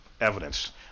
evidence